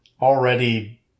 already